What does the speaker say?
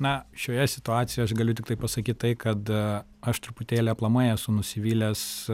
na šioje situacijoje aš galiu tiktai pasakyt tai kad aa aš truputėlį aplamai esu nusivylęs